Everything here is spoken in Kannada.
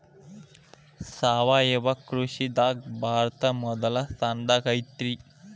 ಸಾವಯವ ಕೃಷಿದಾಗ ಭಾರತ ಮೊದಲ ಸ್ಥಾನದಾಗ ಐತ್ರಿ